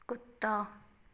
कुत्ता